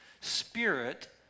Spirit